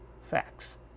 facts